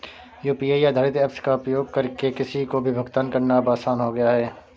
UPI आधारित apps का उपयोग करके किसी को भी भुगतान करना अब आसान हो गया है